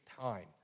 time